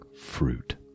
fruit